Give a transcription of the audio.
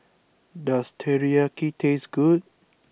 does Teriyaki taste good